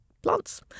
plants